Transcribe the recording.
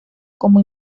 como